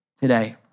today